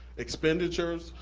expenditures,